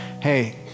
hey